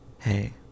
Hey